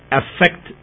affect